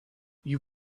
you